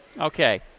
Okay